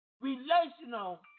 relational